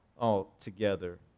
altogether